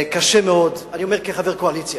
קשה מאוד, ואני אומר כחבר קואליציה,